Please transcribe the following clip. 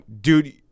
Dude